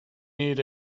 need